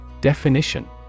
Definition